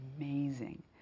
amazing